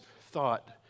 thought